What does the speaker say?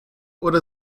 oder